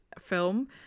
film